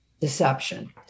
deception